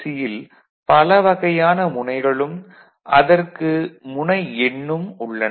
யில் பல வகையான முனைகளும் அதற்கு முனை எண்ணும் உள்ளன